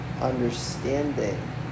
understanding